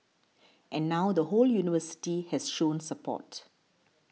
and now the whole university has shown support